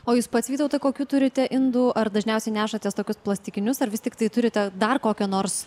o jūs pats vytautai kokių turite indų ar dažniausiai nešatės tokius plastikinius ar vis tiktai turite dar kokio nors